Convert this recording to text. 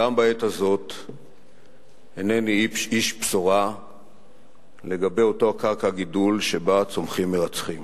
גם בעת הזאת אינני איש בשורה לגבי אותה קרקע גידול שבה צומחים מרצחים,